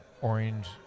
orange